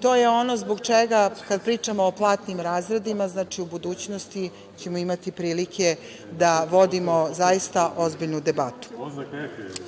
to je ono zbog čega kad pričamo o platnim razredima, u budućnosti ćemo imati prilike da vodimo zaista ozbiljnu debatu. Mi